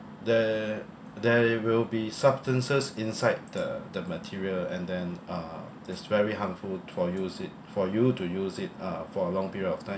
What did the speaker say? there there will be substances inside the the material and then uh it's very harmful for use it for you to use it uh for a long period of time